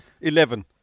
Eleven